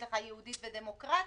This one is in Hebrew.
יש לך יהודית ודמוקרטית.